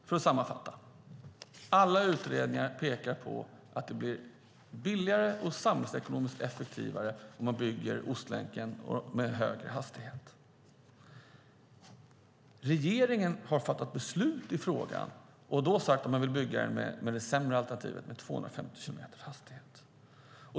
För att sammanfatta: Alla utredningar pekar på att det blir billigare och samhällsekonomiskt effektivare om man bygger Ostlänken med högre hastighet. Regeringen har fattat beslut i frågan och då sagt att man vill bygga den med det sämre alternativet, alltså en hastighet på 250 kilometer i timmen.